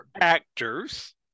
actors